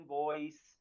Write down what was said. voice